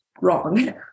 wrong